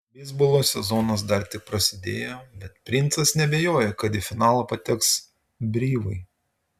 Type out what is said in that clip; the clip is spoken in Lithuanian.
beisbolo sezonas dar tik prasidėjo bet princas neabejoja kad į finalą pateks breivai